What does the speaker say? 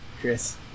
Chris